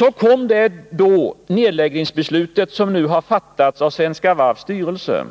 Så kom då nedläggningsbeslutet som nu fattats av Svenska Varvs styrelse.